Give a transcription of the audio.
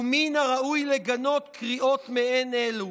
ומן הראוי לגנות קריאות מעין אלו,